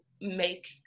make